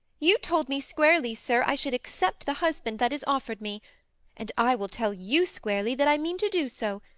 you told me, squarely, sir, i should accept the husband that is offered me and i will tell you squarely that i mean to do so,